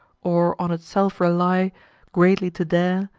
or on itself rely greatly to dare,